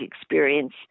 experience